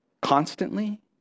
constantly